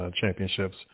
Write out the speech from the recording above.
championships